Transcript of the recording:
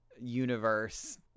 universe